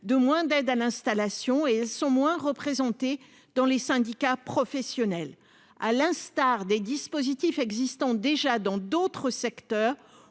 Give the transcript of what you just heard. de moins d'aide à l'installation et elles sont moins représentées dans les syndicats professionnels, à l'instar des dispositifs existants déjà dans d'autres secteurs